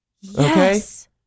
Yes